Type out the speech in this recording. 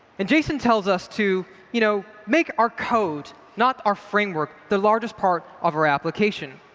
and jason tells us to you know make our code, not our framework, the largest part of our application.